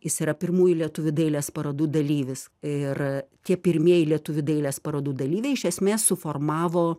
jis yra pirmųjų lietuvių dailės parodų dalyvis ir tie pirmieji lietuvių dailės parodų dalyviai iš esmės suformavo